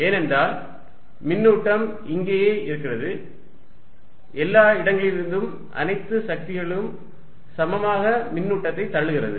ஏனென்றால் மின்னூட்டம் இங்கேயே இருக்கிறது எல்லா இடங்களிலிருந்தும் அனைத்து சக்திகளும் சமமாக மின்னூட்டத்தை தள்ளுகிறது